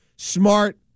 Smart